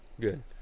Good